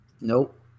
Nope